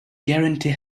guarantee